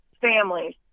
families